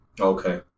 Okay